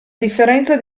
differenza